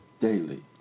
daily